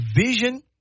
vision